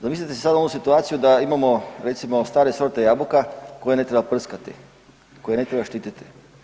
Zamislite sad ovu situaciju da imamo recimo, stare sorte jabuka koje ne treba prskati, koje ne treba štititi.